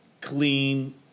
clean